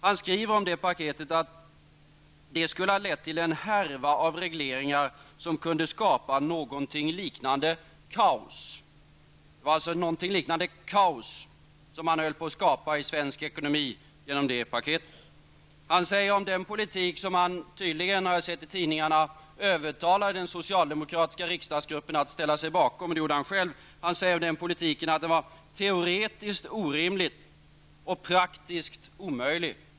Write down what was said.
Han skriver att paketet skulle ha lett till en härva av regleringar som kunde skapa någonting liknande kaos. Det var något liknande kaos som höll på att skapas i svensk ekonomi med hjälp av det paketet. Enligt tidningarna övertalades tydligen den socialdemokratiska riksdagsgruppen att ställa sig bakom förslaget. Kjell-Olof Feldt säger själv att den politiken var teoretiskt orimlig och praktisk omöjlig.